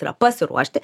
yra pasiruošti